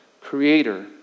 creator